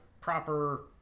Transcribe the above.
proper